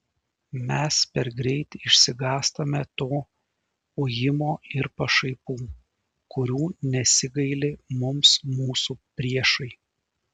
mes per greit išsigąstame to ujimo ir pašaipų kurių nesigaili mums mūsų priešai